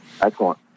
Excellent